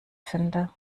finde